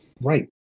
Right